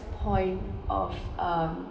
point of um